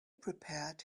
prepared